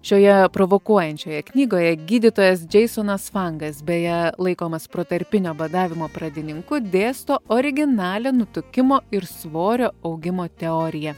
šioje provokuojančioje knygoje gydytojas džeisonas fangas beje laikomas protarpinio badavimo pradininku dėsto originalią nutukimo ir svorio augimo teoriją